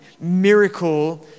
miracle